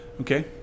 Okay